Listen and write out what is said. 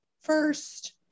first